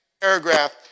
paragraph